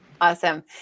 Awesome